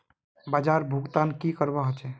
बाजार भुगतान की करवा होचे?